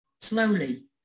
Slowly